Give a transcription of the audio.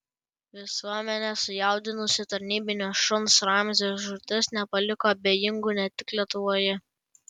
visuomenę sujaudinusi tarnybinio šuns ramzio žūtis nepaliko abejingų ne tik lietuvoje